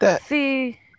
See